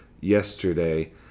yesterday